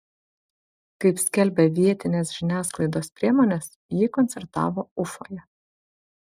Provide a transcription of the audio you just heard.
kaip skelbia vietinės žiniasklaidos priemonės ji koncertavo ufoje